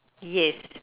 yes